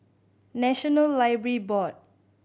National Library Board